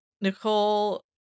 Nicole